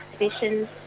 exhibitions